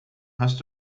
hast